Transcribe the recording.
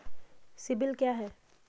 CIBIL क्या है?